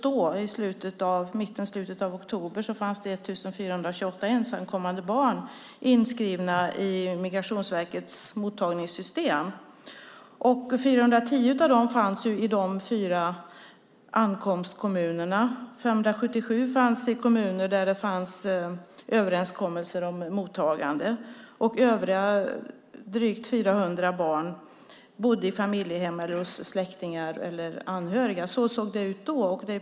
Då, i slutet av oktober, fanns det 1 428 ensamkommande barn inskrivna i Migrationsverkets mottagningssystem. 410 fanns i de fyra ankomstkommunerna. 577 fanns i kommuner med överenskommelser om mottagande. Övriga drygt 400 barn bodde i familjehem eller hos släktingar och anhöriga.